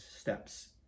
steps